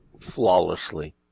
flawlessly